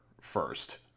first